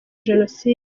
jenoside